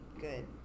good